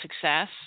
success